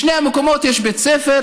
בשני המקומות יש בית ספר,